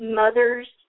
mothers